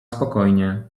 spokojnie